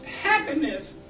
happiness